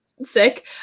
sick